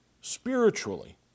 spiritually